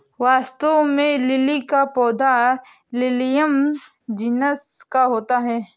वास्तव में लिली का पौधा लिलियम जिनस का होता है